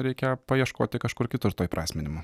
reikia paieškoti kažkur kitur to įprasminimo